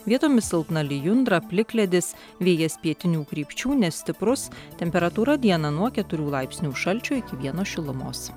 vietomis silpna lijundra plikledis vėjas pietinių krypčių nestiprus temperatūra dieną nuo keturių laipsnių šalčio iki vieno šilumos